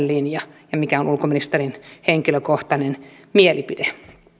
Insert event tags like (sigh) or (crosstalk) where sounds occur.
(unintelligible) linja ja mikä on ulkoministerin henkilökohtainen mielipide